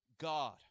God